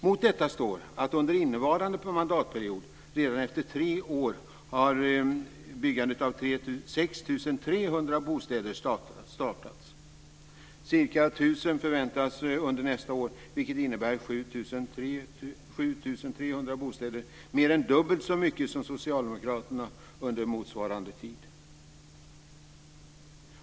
Mot detta står att under innevarande mandatperiod har redan efter tre år byggandet av 6 300 bostäder startats. Ca 1 000 förväntas under nästa år, vilket innebär 7 300 bostäder - mer än dubbelt så mycket som Socialdemokraterna under motsvarande tid.